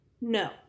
No